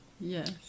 yes